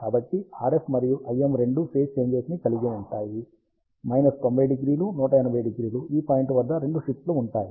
కాబట్టి RF మరియు IM రెండూ ఫేజ్ చేంజెస్ ని కలిగి ఉంటాయి 90° 180° ఈ పాయింట్ వద్ద రెండు షిఫ్ట్ లు ఉంటాయి